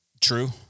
true